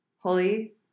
Holy